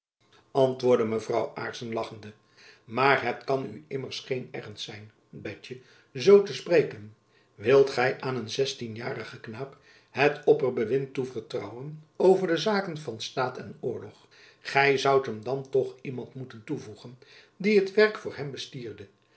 lachende maar het kan u immers geen ernst zijn betjen zoo te spreken wilt gy aan een zestienjarigen knaap het opperbewind toe vertrouwen over de zaken van staat en oorlog gy jacob van lennep elizabeth musch zoudt hem dan toch iemand moeten toevoegen die het werk voor hem bestierde